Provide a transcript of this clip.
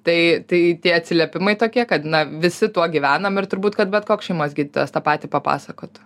tai tai tie atsiliepimai tokie kad na visi tuo gyvenam ir turbūt kad bet koks šeimos gydytojas tą patį papasakotų